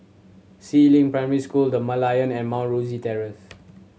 Si Ling Primary School The Merlion and Mount Rosie Terrace